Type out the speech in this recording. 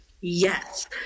yes